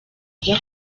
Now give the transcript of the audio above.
ajya